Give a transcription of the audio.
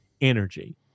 Energy